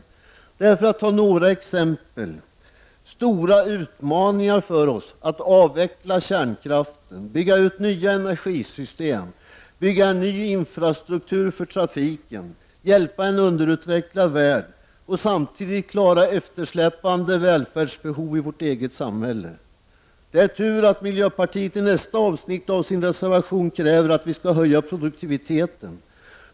Det är, för att ta några exempel, stora utmaningar för oss att avveckla kärnkraften, bygga ut nya energisystem, bygga en ny infrastruktur för trafiken, hjälpa en underutvecklad värld och samtidigt klara eftersläpande välfärdsbehov i vårt eget samhälle. Det är tur att miljöpartiet i nästa avsnitt av sin reservation kräver att vi skall höja produktiviteten.